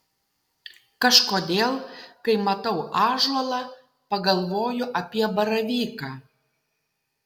kažkodėl kai matau ąžuolą pagalvoju apie baravyką